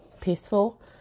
peaceful